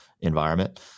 environment